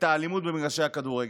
האלימות במגרשי הכדורגל.